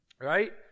Right